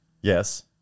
Yes